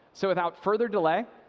so without further delay,